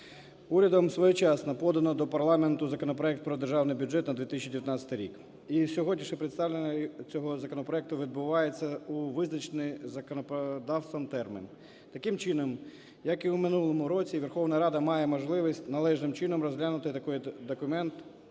Урядом своєчасно подано до парламенту законопроект про Державний бюджет на 2019 рік, і сьогодні представлення цього законопроекту відбувається у визначений законодавством термін. Таким чином, як і в минулому році, Верховна Рада має можливість належним чином розглянути документ